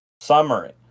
Summary